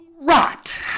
rot